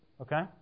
okay